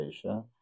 Asia